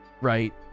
right